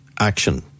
action